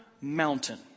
mountain